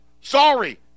Sorry